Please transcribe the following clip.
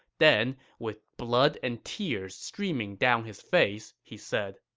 then, with blood and tears streaming down his face, he said,